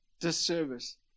disservice